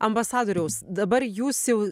ambasadoriaus dabar jūs jau